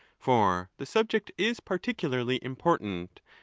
for the subject is particularly important,